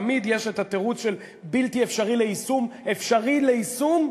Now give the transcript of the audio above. תמיד יש התירוץ של "בלתי אפשרי ליישום" אפשרי ליישום,